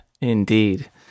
Indeed